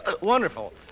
Wonderful